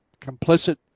complicit